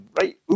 right